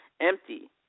empty